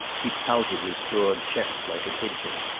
he pouted his broad chest like a pigeon.